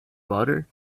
butter